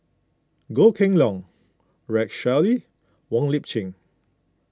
Goh Kheng Long Rex Shelley Wong Lip Chin